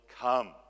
come